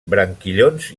branquillons